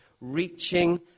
reaching